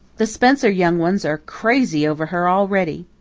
the spencer young ones are crazy over her already.